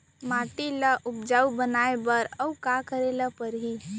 माटी ल उपजाऊ बनाए बर अऊ का करे बर परही?